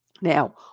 Now